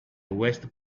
west